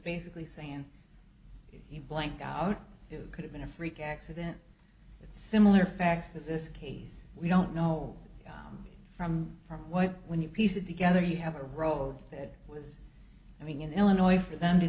basically saying he blanked out it could have been a freak accident similar facts to this case we don't know from from what when you piece it together you have a road that was i mean in illinois for them to